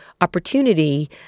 opportunity